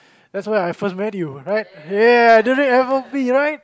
that's when I first meet you right ya during F Y P right